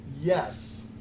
Yes